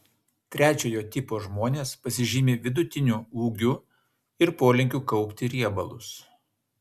trečiojo tipo žmonės pasižymi vidutiniu ūgiu ir polinkiu kaupti riebalus